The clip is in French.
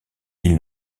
ils